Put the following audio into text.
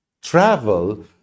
travel